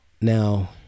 now